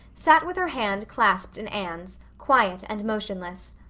sat with her hand clasped in anne's, quiet and motionless.